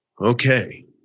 Okay